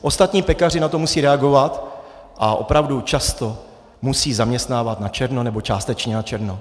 Ostatní pekaři na to musí reagovat a opravdu často musí zaměstnávat načerno nebo částečně načerno.